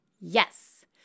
yes